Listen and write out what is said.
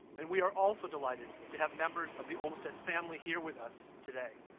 and we are also delighted to have members of the olmsted family here with us today.